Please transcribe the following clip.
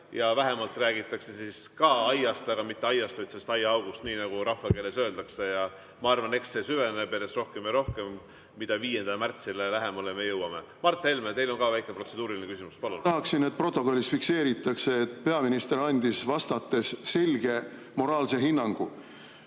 ja vähemalt räägitakse siis ka aiast, aga mitte aiast, vaid selle aia august, nagu rahvakeeles öeldakse. Ja ma arvan, et eks see süveneb järjest rohkem ja rohkem, mida lähemale me 5. märtsile jõuame. Mart Helme, teil on ka väike protseduuriline küsimus. Palun! Ma tahaksin, et protokollis fikseeritaks, et peaminister andis vastates selge moraalse hinnangu: